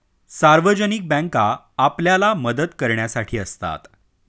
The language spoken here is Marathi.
सार्वजनिक बँका आपल्याला मदत करण्यासाठी असतात